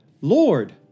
Lord